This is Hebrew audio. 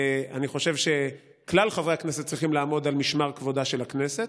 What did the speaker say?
ואני חושב שכל חברי הכנסת צריכים לעמוד על משמר כבודה של הכנסת.